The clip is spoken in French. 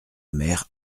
mère